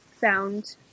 found